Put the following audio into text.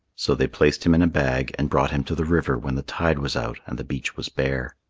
so they placed him in a bag and brought him to the river when the tide was out and the beach was bare.